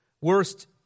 Worst